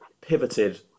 pivoted